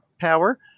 power